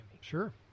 Sure